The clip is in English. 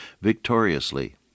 victoriously